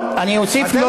אני מוסיף לו,